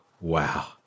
wow